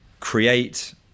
Create